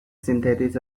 synthesis